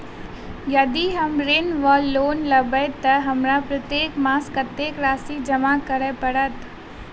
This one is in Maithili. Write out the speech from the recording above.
यदि हम ऋण वा लोन लेबै तऽ हमरा प्रत्येक मास कत्तेक राशि जमा करऽ पड़त?